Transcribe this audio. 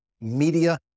media